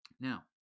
Now